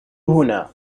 هنا